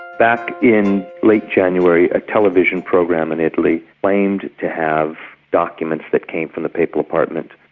back in late january a television program in italy claimed to have documents that came from the papal apartment.